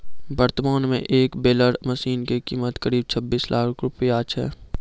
वर्तमान मॅ एक बेलर मशीन के कीमत करीब छब्बीस लाख रूपया छै